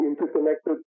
interconnected